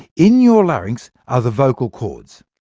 in your larynx are the vocal cords,